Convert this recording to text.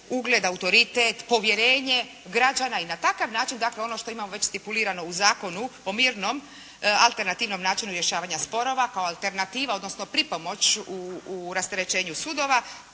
ugled, autoritet, povjerenje građana i na takav način dakle, ono što već imamom stipulirano u zakonu po mirnom, alternativnom načinu rješavanja sporova kao alternativa, odnosno pripomoć u rasterećenju sudova,